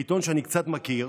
בעיתון שאני קצת מכיר,